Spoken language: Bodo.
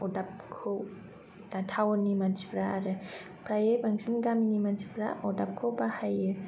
अग्दाबखौ दा थाउननि मानसिफ्रा आरो फ्रायै बांसिन गामिनि मानसिफ्रा अग्दाबखौ बाहायो